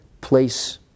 place